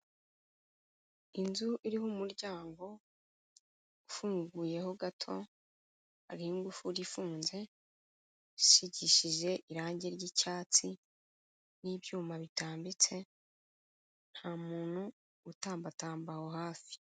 Inzu iriho umuryango ufunguye ho gato hari ingufuri ifunze isigishije irangi ry'icyatsi n'ibyuma bitambitse nta muntu utambatamba aho hafi?